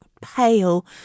pale